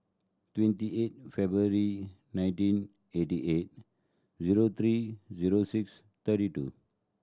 twenty eight February nineteen eighty eight zero three zero six thirty two